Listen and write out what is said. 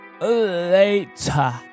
Later